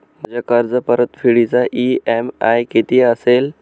माझ्या कर्जपरतफेडीचा इ.एम.आय किती असेल?